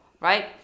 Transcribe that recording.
right